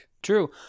True